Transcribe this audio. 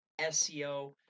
SEO